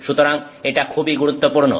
সুতরাং এটা খুবই গুরুত্বপূর্ণ